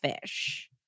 Fish